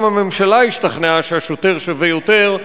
גם הממשלה השתכנעה שהשוטר שווה יותר.